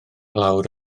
lawr